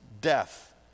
death